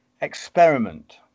experiment